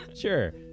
Sure